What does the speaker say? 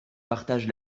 partage